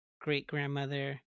great-grandmother